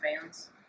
fans